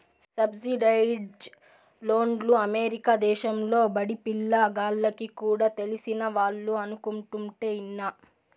subsidised లోన్లు America దేశంలో బడిపిల్ల గాల్లకి కూడా తెలిసినవాళ్లు అనుకుంటుంటే ఇన్నా